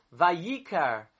Vayikar